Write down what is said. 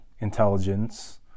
intelligence